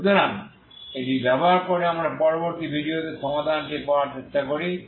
সুতরাং এটি ব্যবহার করে আমরা পরবর্তী ভিডিওতে সমাধানটি পাওয়ার চেষ্টা করি